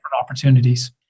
opportunities